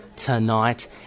Tonight